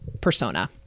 persona